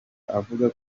avuga